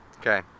Okay